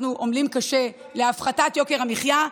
אנחנו עמלים קשה להפחתת יוקר המחיה,